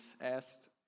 asked